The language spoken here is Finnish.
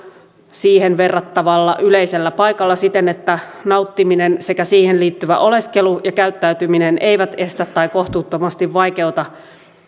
siihen verrattavalla yleisellä paikalla siten että nauttiminen sekä siihen liittyvä oleskelu ja käyttäytyminen eivät estä tai kohtuuttomasti vaikeuta